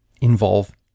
involve